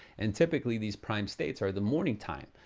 and typically, these prime states are the morning time,